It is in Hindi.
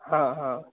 हाँ हाँ